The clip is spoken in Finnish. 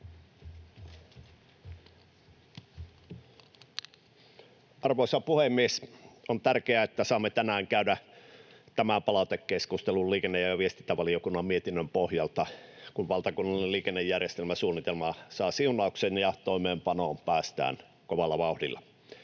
Arvoisa puhemies! On tärkeää, että saamme tänään käydä tämän palautekeskustelun liikenne‑ ja viestintävaliokunnan mietinnön pohjalta, kun valtakunnallinen liikennejärjestelmäsuunnitelma saa siunauksen ja toimeenpanoon päästään kovalla vauhdilla.